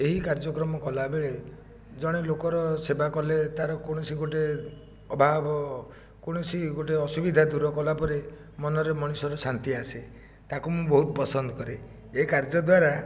ଏହି କାର୍ଯ୍ୟକ୍ରମ କଲା ବେଳେ ଜଣେ ଲୋକର ସେବା କଲେ ତା ର କୌଣସି ଗୋଟେ ଅଭାବ କୌଣସି ଗୋଟେ ଅସୁବିଧା ଦୂର କଲାପରେ ମନରେ ମଣିଷର ଶାନ୍ତି ଆସେ ତାକୁ ମୁଁ ବହୁତ ପସନ୍ଦ କରେ ଏହି କାର୍ଯ୍ୟ ଦ୍ୱାରା